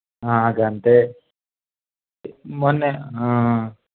అది అంతే మొన్న